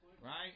right